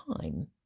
time